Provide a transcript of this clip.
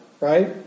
right